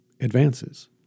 advances